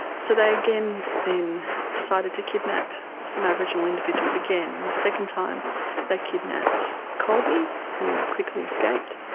so they again then decided to kidnap some aboriginal individuals again, and the second time they kidnapped colebee who quickly escaped,